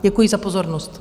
Děkuji za pozornost.